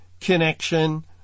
Connection